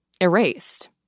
erased